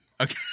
Okay